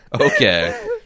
Okay